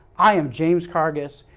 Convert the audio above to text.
i am james cargas.